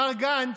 מר גנץ,